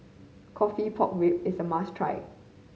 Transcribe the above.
coffee pork ribs is a must try